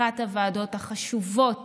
אחת הוועדות החשובות